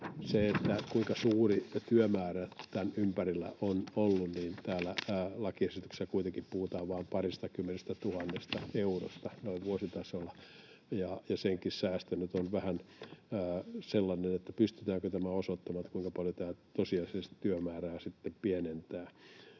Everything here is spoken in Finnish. kuinka suuri työmäärä tämän ympärillä on ollut: Täällä lakiesityksessä kuitenkin puhutaan vain paristakymmenestätuhannesta eurosta noin vuositasolla. Senkin säästö nyt on vähän sellainen, että pystytäänkö osoittamaan, kuinka paljon tämä tosiasiallisesti työmäärää sitten